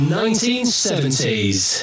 1970s